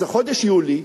וזה חודש יולי,